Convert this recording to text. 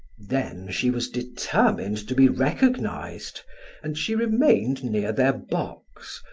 then she was determined to be recognized and she remained near their box,